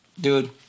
dude